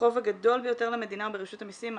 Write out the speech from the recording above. החוב הגדול ביותר למדינה הוא ברשות המסים,